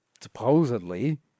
supposedly